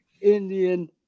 Indian